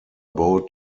boat